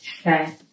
Okay